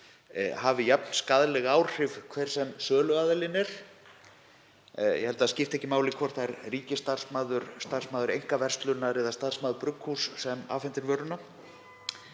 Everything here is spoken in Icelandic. hafi jafn skaðleg áhrif hver sem söluaðilinn er. Ég held að það skipti ekki máli hvort það er ríkisstarfsmaður, starfsmaður einkaverslunar eða starfsmaður brugghúss sem afhendir vöruna.